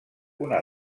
una